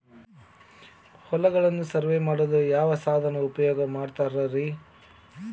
ಹೊಲಗಳನ್ನು ಸರ್ವೇ ಮಾಡಲು ಯಾವ ಸಾಧನ ಉಪಯೋಗ ಮಾಡ್ತಾರ ರಿ?